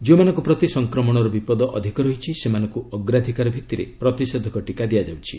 ଯେଉଁମାନଙ୍କ ପ୍ରତି ସଂକ୍ରମଣର ବିପଦ ଅଧିକ ରହିଛି ସେମାନଙ୍କୁ ଅଗ୍ରାଧିକାର ଭିଭିରେ ପ୍ରତିଷେଧକ ଟିକା ଦିଆଯାଉଛି